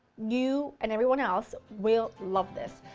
you and anyone else will love this.